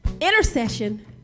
intercession